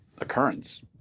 occurrence